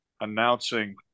announcing